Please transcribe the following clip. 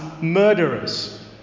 murderers